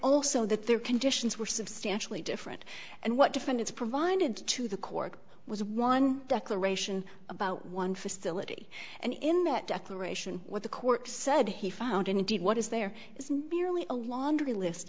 also that their conditions were substantially different and what different it's provided to the court was one decoration about one facility and in that declaration what the court said he found and indeed what is there isn't merely a laundry list